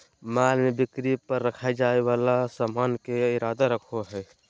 माल में बिक्री पर रखल जाय वाला सामान के इरादा रखो हइ